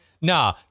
Nah